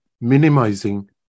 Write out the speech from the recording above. minimizing